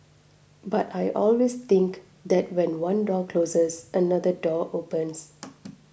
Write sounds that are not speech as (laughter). but I always think that when one door closes another door opens (noise)